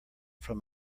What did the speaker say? from